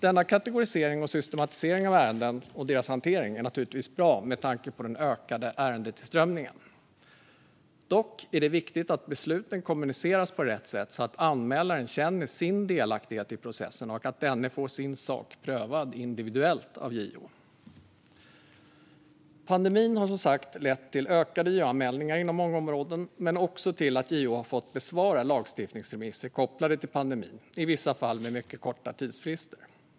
Denna kategorisering och systematisering av ärenden och deras hantering är naturligtvis bra med tanke på den ökade ärendetillströmningen. Dock är det viktigt att besluten kommuniceras på rätt sätt, så att anmälaren känner delaktighet i processen och vet att denne får sin sak prövad individuellt av JO. Pandemin har som sagt lett till ökade JO-anmälningar inom många områden men också till att JO har fått besvara lagstiftningsremisser kopplade till pandemin, i vissa fall med mycket korta tidsfrister.